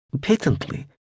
Patently